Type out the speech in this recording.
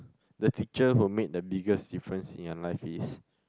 the teacher who made the biggest difference in your life is